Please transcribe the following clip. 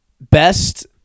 best